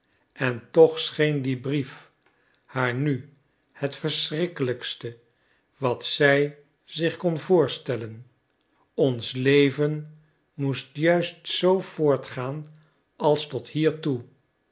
en toch scheen die brief haar nu het verschrikkelijkste wat zij zich kon voorstellen ons leven moest juist zoo voortgaan als tot hiertoe